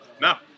now